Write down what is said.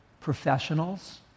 professionals